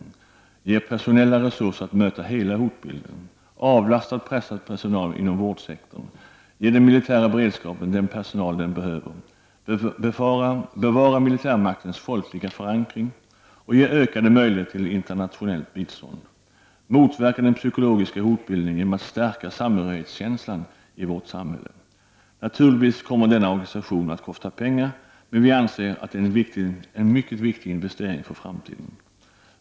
— Den ger personella resurser att möta hela hotbilden. — Den avlastar pressad personal inom vårdsektorn. — Den ger den militära beredskapen den personal den behöver. — Den bevarar militärmaktens folkliga förankring. — Den ger ökade möjligheter till internationellt bistånd. - Den motverkar den psykologiska hotbilden genom att stärka samhörighetskänslan i vårt samhälle. Naturligtvis kommer denna organisation att kosta pengar, men vi anser att det är en mycket viktig investering för framtiden.